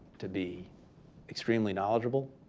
to be extremely knowledgeable,